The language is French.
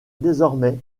désormais